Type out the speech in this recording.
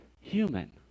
human